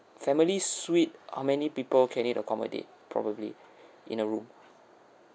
family suite how many people can it accommodate probably in a room